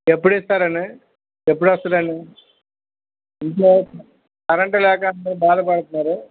ఎప్పుడు ఇస్తారు అండి ఎప్పుడు వస్తుంది అండి ఇంట్లో కరెంటు లేక అందరు బాధపడుతున్నారు